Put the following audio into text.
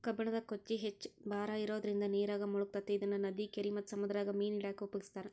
ಕಬ್ಬಣದ ಕೊಕ್ಕಿ ಹೆಚ್ಚ್ ಭಾರ ಇರೋದ್ರಿಂದ ನೇರಾಗ ಮುಳಗತೆತಿ ಇದನ್ನ ನದಿ, ಕೆರಿ ಮತ್ತ ಸಮುದ್ರದಾಗ ಮೇನ ಹಿಡ್ಯಾಕ ಉಪಯೋಗಿಸ್ತಾರ